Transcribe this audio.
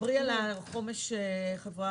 תדברי על חומש בחברה